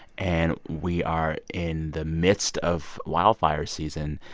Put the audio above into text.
and we are in the midst of wildfire season,